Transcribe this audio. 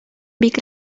бик